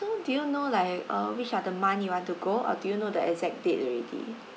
so do you know like uh which are the month you want to go or do you know the exact date already